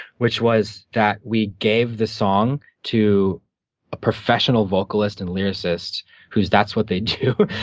which was that we gave the song to a professional vocalist and lyricist who that's what they do,